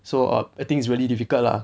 so err I think it's really difficult lah